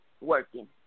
working